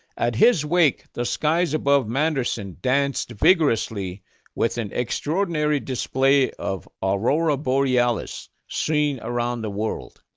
at his wake, the skies above manderson danced vigorously with an extraordinary display of aurora borealis seen around the world.